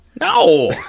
No